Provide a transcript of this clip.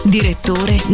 Direttore